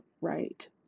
right